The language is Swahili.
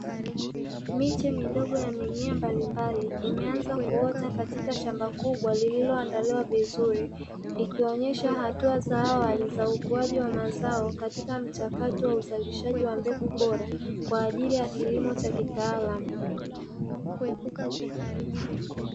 Miche midogo ya mimea mbali mbali imeanza kuota katika shamba kubwa lililo andaliwa vizuri, ikionesha hatua za awali za ukuaji wa mazao katika mchakato wa uzalishaji wa mbegu bora, kwa ajili ya kilimo cha kitaalamu.